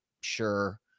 Sure